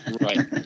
Right